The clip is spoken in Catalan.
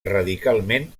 radicalment